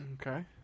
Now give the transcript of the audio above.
Okay